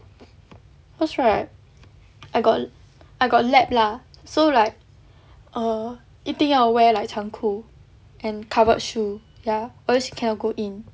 cause right I got I got lab lah so like err 一定要 wear like 长裤 and covered shoe ya or else you cannot go in